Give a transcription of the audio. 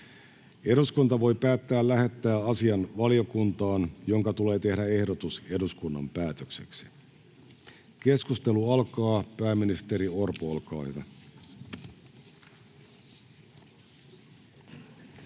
Eduskunta voi päättää lähettää asian valiokuntaan, jonka tulee tehdä ehdotus eduskunnan päätökseksi. — Keskustelu alkaa. Pääministeri Orpo, olkaa